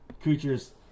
creatures